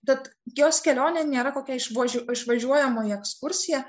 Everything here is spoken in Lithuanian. tad jos kelionė nėra kokia išvažiuo išvažiuojamoji ekskursija